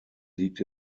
liegt